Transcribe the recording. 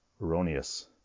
erroneous